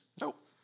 Nope